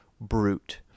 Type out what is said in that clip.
Brute